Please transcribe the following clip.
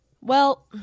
Well-